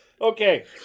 Okay